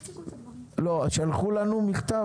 שלחו לנו מכתב?